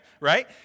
Right